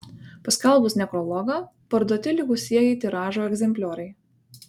paskelbus nekrologą parduoti likusieji tiražo egzemplioriai